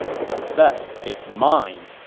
success is mine!